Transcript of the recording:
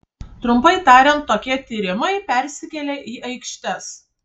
trumpai tariant tokie tyrimai persikelia į aikštes